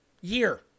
year